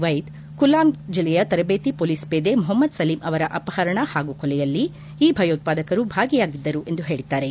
ವೈದ್ ಕುಲ್ಗಾಂ ಜಿಲ್ಲೆಯ ತರಬೇತಿ ಪೊಲೀಸ್ ಪೇದೆ ಮೊಹಮ್ನದ್ ಸಲೀಂ ಅವರ ಅಪಹರಣ ಹಾಗೂ ಕೊಲೆಯಲ್ಲಿ ಈ ಭಯೋತ್ವಾದಕರು ಭಾಗಿಯಾಗಿದ್ದರು ಎಂದು ಹೇಳಿದ್ದಾರೆ